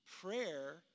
Prayer